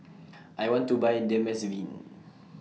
I want to Buy